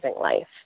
life